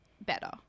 better